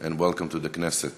and welcome to the Knesset.